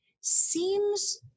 seems